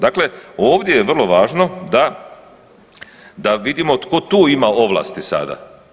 Dakle, ovdje je vrlo važno da vidimo tko tu ima ovlasti sada.